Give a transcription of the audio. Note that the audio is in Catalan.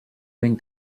ben